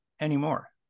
anymore